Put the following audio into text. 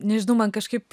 nežinau man kažkaip